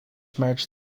merged